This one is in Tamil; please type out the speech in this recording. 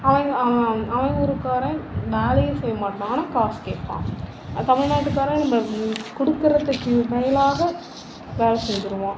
அவன் அவன் ஊர்க்காரன் வேலையே செய்யமாட்டான் ஆனால் காசு கேட்பான் தமிழ்நாட்டுக்காரன் நம்ம கொடுக்குறதுக்கு மேலாக வேலை செஞ்சிடுவான்